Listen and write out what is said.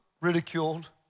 ridiculed